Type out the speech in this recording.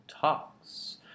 talks